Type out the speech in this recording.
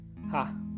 ha